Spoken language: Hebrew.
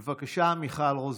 בבקשה, מיכל רוזין.